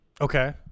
Okay